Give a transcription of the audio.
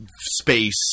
space